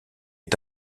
est